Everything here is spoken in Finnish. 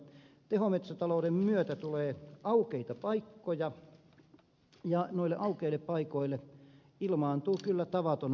päinvastoin tehometsätalouden myötä tulee aukeita paikkoja ja noille aukeille paikoille ilmaantuu kyllä tavaton määrä kyitä